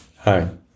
hi